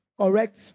correct